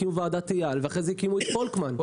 הקימו את ועדת אייל ואחריה הקימו את ועדת